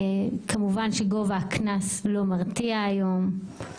כמובן שגובה הקנס לא מרתיע היום.